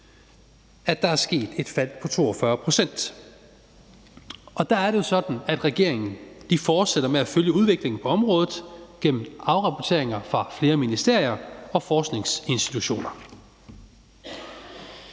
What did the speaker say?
kontanthjælpssystemet på 42 pct. Og der er det jo sådan, at regeringen fortsætter med at følge udviklingen på området gennem afrapporteringer fra flere ministerier og forskningsinstitutioner.